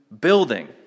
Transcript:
building